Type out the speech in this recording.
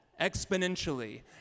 exponentially